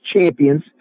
champions